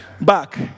back